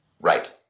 Right